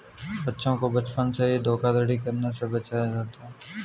बच्चों को बचपन से ही धोखाधड़ी करने से बचाया जाता है